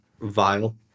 Vile